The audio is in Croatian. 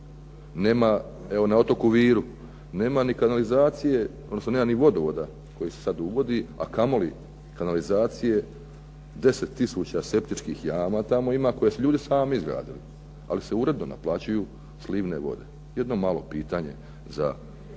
evo na otoku Viru, nema ni kanalizacije, odnosno nema ni vodovoda koji se sad uvodi, a kamoli kanalizacije 10000 septičkih jama tamo ima koje su ljudi sami izgradili, ali se uredno naplaćuju slivne vode. Jedno malo pitanje za državnog